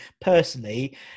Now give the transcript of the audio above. personally